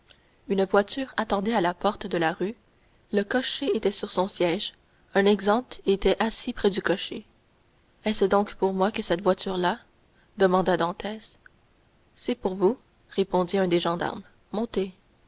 une voiture attendait à la porte de la rue le cocher était sur son siège un exempt était assis près du cocher est-ce donc pour moi que cette voiture est là demanda dantès c'est pour vous répondit un des gendarmes montez